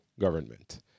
government